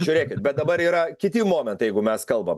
žiūrėkit bet dabar yra kiti momentai jeigu mes kalbam